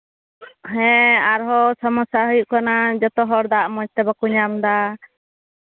ᱦᱮᱸ ᱟᱨᱦᱚᱸ ᱥᱚᱢᱚᱥᱥᱟ ᱦᱩᱭᱩᱜ ᱠᱟᱱᱟ ᱡᱚᱛᱚᱦᱚᱲ ᱫᱟᱜ ᱢᱚᱡᱽᱛᱮ ᱵᱟᱠᱚ ᱧᱟᱢᱫᱟ